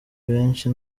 benshi